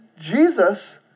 Jesus